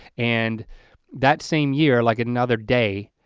and that same year, like another day,